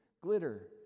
glitter